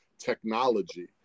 technology